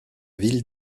ville